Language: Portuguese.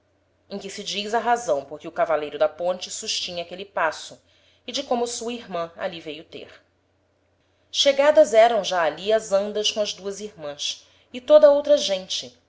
em que se diz a razão por que o cavaleiro da ponte sustinha aquele passo e de como sua irman ali veio ter chegadas eram já ali as andas com as duas irmans e toda a outra gente